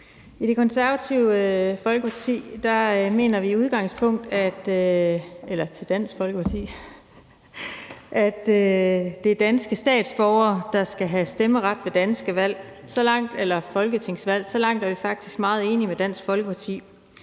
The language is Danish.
I Det Konservative Folkeparti mener vi i udgangspunktet, at det er danske statsborgere, der skal have stemmeret ved danske folketingsvalg. Så langt er vi faktisk meget enige med Dansk Folkeparti.